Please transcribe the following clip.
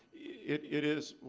it it is